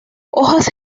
hojas